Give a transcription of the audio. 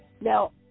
Now